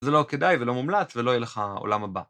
זה לא כדאי ולא מומלץ ולא יהיה לך עולם הבא.